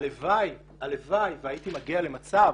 הלוואי והייתי מגיע למצב